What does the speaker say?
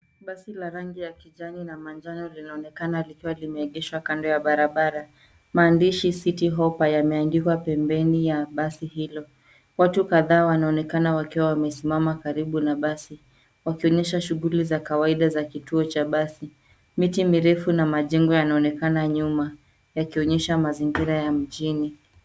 Basi ya rangi ya kijani na manjano linaonekana likiwa limeegeshwa kando ya barabara. Maandishi, citi hoppa, yameandikwa pembeni ya basi hilo. Watu kadhaa wanaonekana wakiwa wamesimama karibu na basi wakionyesha shughuli za kawaida za kituo cha basi. Miti mirefu na majengo yanaonekana nyuma yakionyesha mazingira ya mjini.